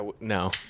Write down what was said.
no